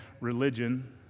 religion